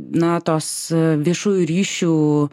na tos viešųjų ryšių